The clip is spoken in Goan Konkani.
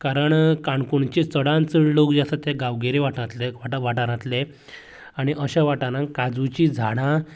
कारण काणकोणची चडांत चड लोक जे आसात ते गांवगिरी वाठारांतलें वाठा वाठारांतलें आनी अश्या वाठारांत काजूची झाडां